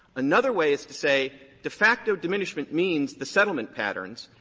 another way is to say de facto diminishment means the settlement patterns,